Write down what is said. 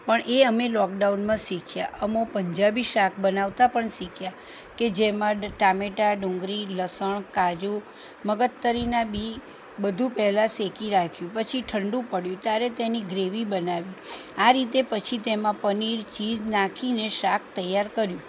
પણ એ અમે લોકડાઉનમાં શીખ્યા અમો પંજાબી શાક બનાવતા પણ શીખ્યા કે જેમાં ટામેટાં ડુંગરી લસણ કાજુ મગજતરીના બી બધું પહેલા શેકી રાખ્યું પછી ઠંડુ પડ્યું ત્યારે તેની ગ્રેવી બનાવી આ રીતે પછી તેમાં પનીર ચીઝ નાખીને શાક તૈયાર કર્યું